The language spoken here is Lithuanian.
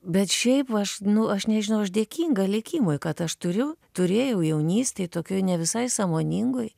bet šiaip va aš nu aš nežinau aš dėkinga likimui kad aš turiu turėjau jaunystėj tokioj ne visai sąmoningoj